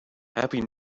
happy